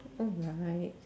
alright